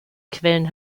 quellen